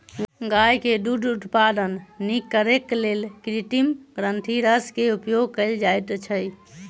गाय के दूध उत्पादन नीक करैक लेल कृत्रिम ग्रंथिरस के उपयोग कयल जाइत अछि